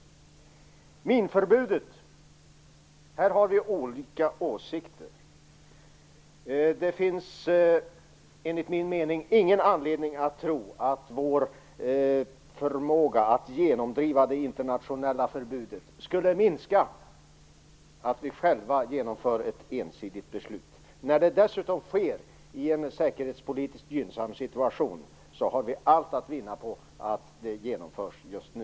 Minförbudet har vi olika åsikter om. Det finns enligt min mening ingen anledning att tro att vår förmåga att genomdriva det internationella förbudet skulle minska av att vi själva genomför ett ensidigt beslut. När det dessutom sker i en säkerhetspolitiskt gynnsam situation har vi allt att vinna på att det genomförs just nu.